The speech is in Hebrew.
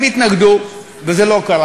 הם התנגדו, וזה לא קרה,